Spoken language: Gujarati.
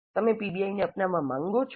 તમે પીબીઆઈને અપનાવવા માંગો છો